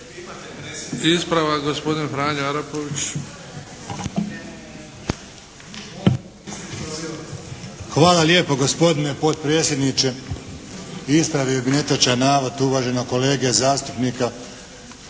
Ispravak, gospodin Franjo Arapović.